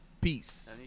Peace